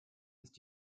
ist